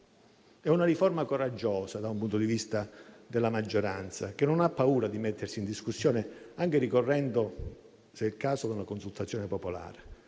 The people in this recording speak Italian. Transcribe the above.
È una riforma coraggiosa, dal punto di vista della maggioranza, che non ha paura di mettersi in discussione anche ricorrendo, se è il caso, a una consultazione popolare;